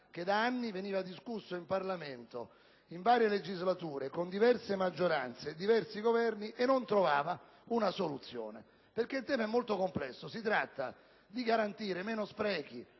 che da anni veniva discusso in Parlamento, in varie legislature, con diverse maggioranze e diversi Governi, senza trovare una soluzione. Il tema è, ripeto, molto complesso: si tratta di garantire meno sprechi,